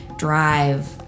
drive